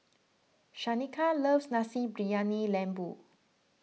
Shaneka loves Nasi Briyani Lembu